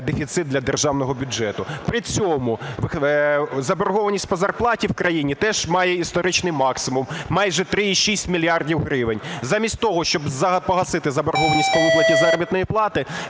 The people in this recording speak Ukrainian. дефіцит для державного бюджету. При цьому заборгованість по зарплаті в країні теж має історичний максимум – майже 3,6 мільярда гривень. Замість того, щоб погасити заборгованість по виплаті заробітної плати,